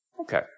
Okay